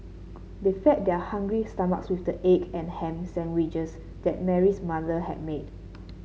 they fed their hungry stomachs with the egg and ham sandwiches that Mary's mother had made